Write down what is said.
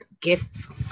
gifts